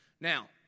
Now